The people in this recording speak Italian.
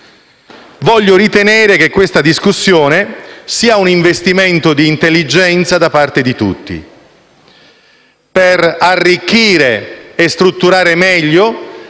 voglio ritenere che questa discussione sia un investimento di intelligenza da parte di tutti per arricchire e strutturare la